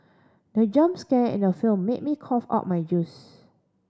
the jump scare in the film made me cough out my juice